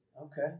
Okay